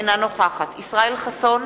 אינה נוכחת ישראל חסון,